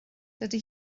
dydy